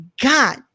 God